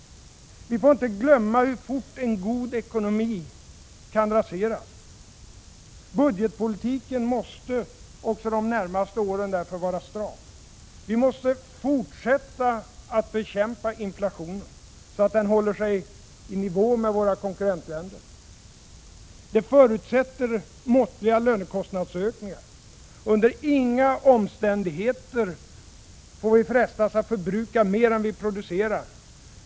Vi får inte glömma hur fort en god ekonomi kan raseras. Budgetpolitiken måste också de närmaste åren vara stram. Vi måste fortsätta att bekämpa inflationen, så att den håller sig i nivå med våra konkurrentländers. Det förutsätter måttliga lönekostnadsökningar. Under inga omständigheter får vi frestas att förbruka mer än vi producerar.